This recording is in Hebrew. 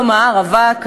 כלומר: רווק,